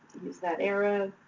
use that arrow.